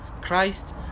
Christ